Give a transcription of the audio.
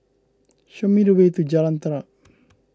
show me the way to Jalan Terap